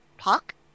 talk